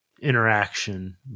interaction